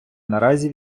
наразі